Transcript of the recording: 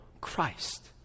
Christ